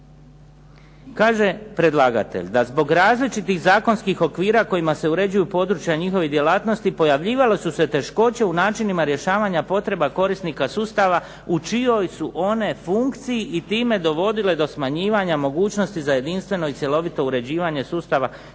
Kaže predlagatelj da zbog različitih zakonskih okvira kojima se uređuju područja njihovih djelatnosti, pojavljivala su se teškoće u načinima rješavanja potreba korisnika sustava u čijoj su one funkciji i time dovodile do smanjivanja mogućnosti za jedinstveno i cjelovito uređivanje sustava strukovnog